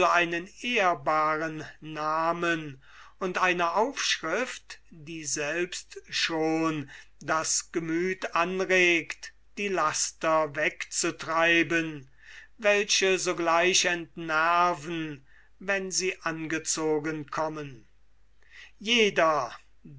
einen ehrbaren namen und eine aufschrift die selbst das gemüth anregt die laster wegzutreiben welche sogleich entnerven wenn sie angezogen kommen jeder